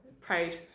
pride